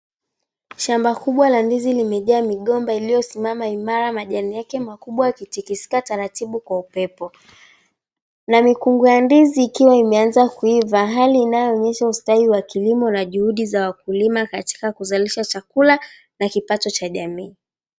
Shamba kunmbwa la ndizi lililojaa migomba ya ndizi iliyo simama imara majani yake makubwa yakitikisika taratibu kwa upepo na mikungu ya ndizi ikiwa imeanza kuiva hali inayoonyesha ustadi wa kilimo na juhudi za wakulima katika kuzalisha chakula na kipato cha jamiii.